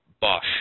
Bosch